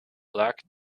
black